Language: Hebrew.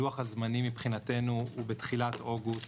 לוח הזמנים מבחינתנו הוא תחילת אוגוסט,